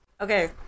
Okay